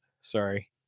sorry